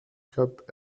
cup